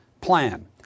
plan